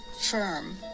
firm